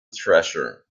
treasure